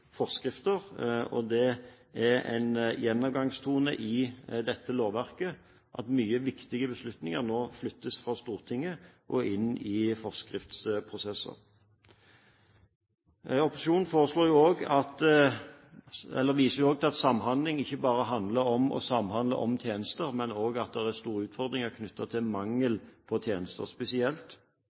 forskrifter. Det er en gjennomgangstone i dette lovverket at mange viktige beslutninger nå flyttes fra Stortinget og inn i forskriftsprosesser. Opposisjonen viser til at samhandling ikke bare handler om å samhandle om tjenester, men også til at det er store utfordringer knyttet til mangel på tjenester. Spesielt foreslår en i forbindelse med Nasjonal helse- og